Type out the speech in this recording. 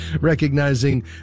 recognizing